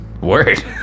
Word